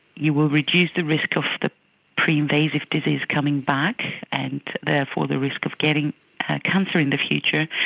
you will reduce the risk of the pre-invasive disease coming back and therefore the risk of getting cancer in the future.